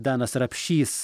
danas rapšys